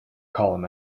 column